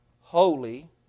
holy